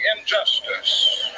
injustice